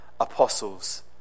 apostles